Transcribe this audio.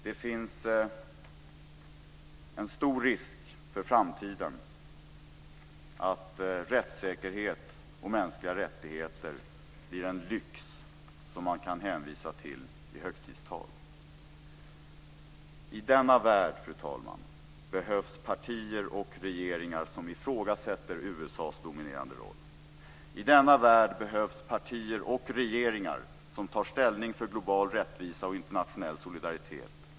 Det finns en stor risk att rättssäkerhet och mänskliga rättigheter i framtiden blir en lyx som man kan hänvisa till i högtidstal. I denna värld, fru talman, behövs partier och regeringar som ifrågasätter USA:s dominerande roll. I denna värld behövs partier och regeringar som tar ställning för global rättvisa och internationell solidaritet.